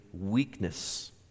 weakness